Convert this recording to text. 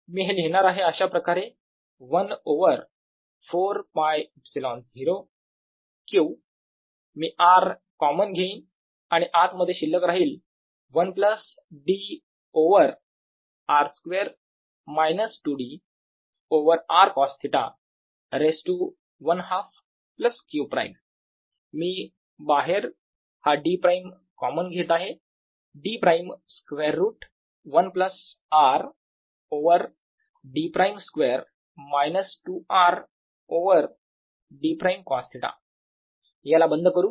मी हे लिहिणार आहे अशाप्रकारे 1 ओव्हर 4 π ε0 q मी r कॉमन घेईन आणि आत मध्ये शिल्लक राहील 1 d over r2 2d over r cosθ raise to 1 half q′ मी बाहेर हा d ′ कॉमन घेत आहे d ′square root 1 r over d ′2 2r over d ′ cosθ याला बंद करू